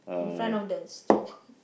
in front of the store